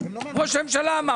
יצוא סחורות ויצוא